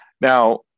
Now